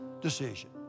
decision